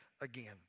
again